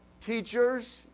teachers